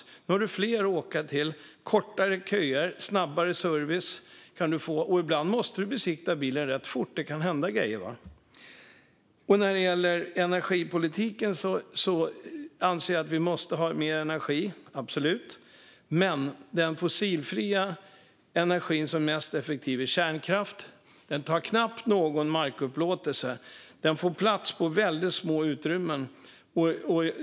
Nu har du fler att åka till. Det är kortare köer och snabbare service. Ibland måste du besiktiga bilen rätt fort; det kan ju hända grejer. När det gäller energipolitiken anser jag att vi måste ha mer energi, absolut. Men den fossilfria energi som är mest effektiv är kärnkraft. Den tar knappt någon mark i anspråk utan får plats på väldigt små utrymmen.